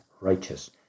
righteous